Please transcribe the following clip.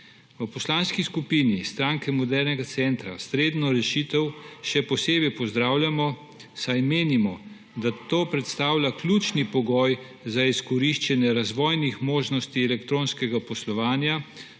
V Poslanski skupini Stranke modernega centra slednjo rešitev še posebej pozdravljamo, saj menimo, da to predstavlja ključni pogoj za izkoriščanje razvojnih možnosti elektronskega poslovanja